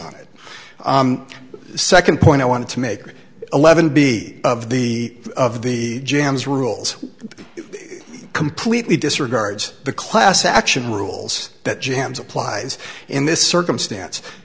on it the second point i wanted to make eleven b of the of the jambs rules completely disregards the class action rules that jams applies in this circumstance